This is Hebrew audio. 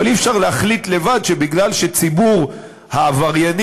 אבל אי-אפשר להחליט לבד שמכיוון שציבור העבריינים